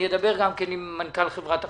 וגם עם מנכ"ל חברת החשמל.